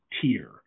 tier